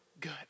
good